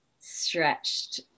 stretched